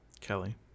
kelly